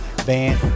Van